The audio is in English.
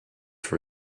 for